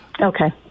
Okay